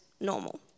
normal